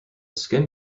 skin